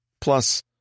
plus